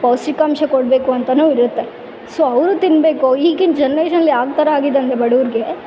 ಪೌಷ್ಟಿಕಾಂಶ ಕೊಡಬೇಕು ಅಂತಾನೂ ಇರುತ್ತೆ ಸೊ ಅವರು ತಿನ್ನಬೇಕು ಈಗಿನ ಜನ್ರೇಷನಲ್ಲಿ ಯಾವ ಥರ ಆಗಿದೆ ಅಂದರೆ ಬಡವ್ರ್ಗೆ